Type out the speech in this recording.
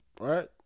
right